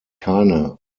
keine